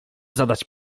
zadać